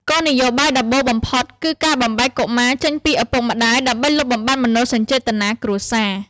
គោលនយោបាយដំបូងបំផុតគឺការបំបែកកុមារចេញពីឪពុកម្ដាយ ដើម្បីលុបបំបាត់មនោសញ្ចេតនាគ្រួសារ។